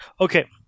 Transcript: okay